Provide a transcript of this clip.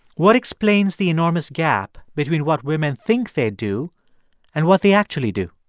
what explains the enormous gap between what women think they do and what they actually do?